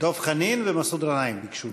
חברי הכנסת דב חנין ומסעוד גנאים ביקשו.